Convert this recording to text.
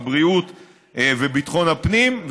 הבריאות וביטחון הפנים,